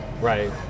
right